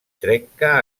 trenca